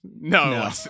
No